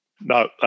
No